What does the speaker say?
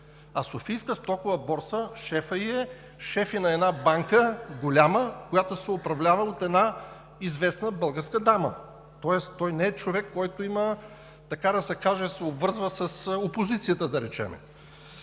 на Софийската стокова борса е шеф и на една голяма банка, която се управлява от една известна българска дама, тоест той не е човек, който така да се каже, се обвързва с опозицията, да речем.